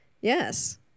yes